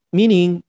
meaning